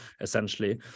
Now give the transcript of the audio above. essentially